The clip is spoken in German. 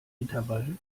intervall